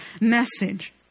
message